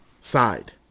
side